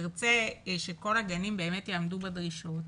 שתרצה שכל הגנים באמת יעמדו בדרישות,